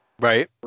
Right